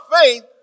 faith